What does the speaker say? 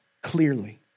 clearly